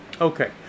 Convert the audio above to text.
okay